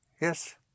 Yes